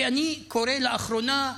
כי אני קורא לאחרונה: